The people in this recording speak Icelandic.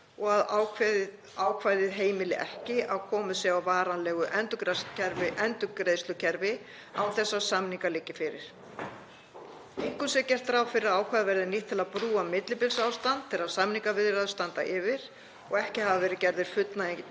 og að ákvæðið heimili ekki að komið sé á varanlegu endurgreiðslukerfi án þess að samningar liggi fyrir. Einkum sé gert ráð fyrir að ákvæðið verði nýtt til að brúa millibilsástand þegar samningaviðræður standa yfir og ekki hafa verið gerðir fullnægjandi